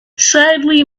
sadly